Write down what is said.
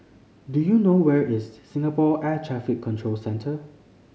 do you know where is Singapore Air Traffic Control Centre